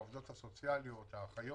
והאחיות.